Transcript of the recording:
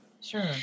Sure